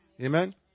Amen